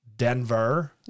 Denver